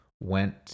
went